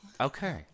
Okay